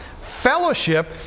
fellowship